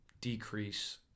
decrease